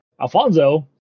Alfonso